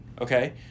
Okay